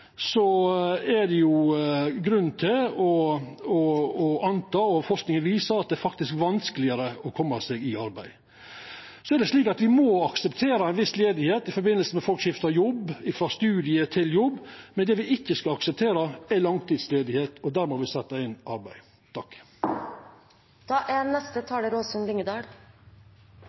er det faktisk vanskelegare å koma seg i arbeid. Så er det slik at me må akseptera ei viss arbeidsløyse i forbindelse med at folk skiftar jobb eller går frå studie til jobb, men det me ikkje skal akseptera, er langtidsarbeidsløyse, og der må me setja inn arbeid. Enigheten mellom opposisjonspartiene i går er